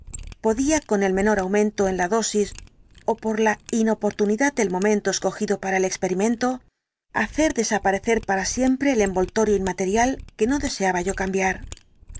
podía con el menor aumento en la dosis ó por la inoportunidad del momento escogido para el experimento hacer desaparecer para siempre el envoltorio inmaterial que no deseaba yo cambiar